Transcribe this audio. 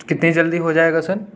کتنی جلدی ہو جائے گا سر